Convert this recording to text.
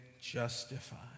justified